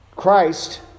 Christ